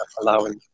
allowing